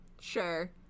sure